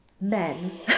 men